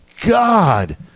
God